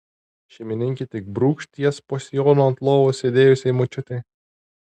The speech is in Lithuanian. šeimininkė tik brūkšt jas po sijonu ant lovos sėdėjusiai močiutei